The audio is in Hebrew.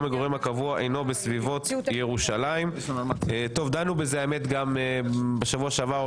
מגוריהם הקבוע אינו בסביבות ירושלים דנו בזה גם בשבוע שעבר,